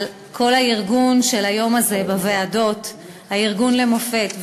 כל הארגון של היום הזה בוועדות, ארגון למופת.